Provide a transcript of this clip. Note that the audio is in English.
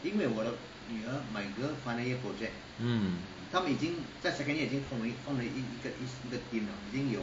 mm